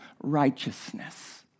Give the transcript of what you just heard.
righteousness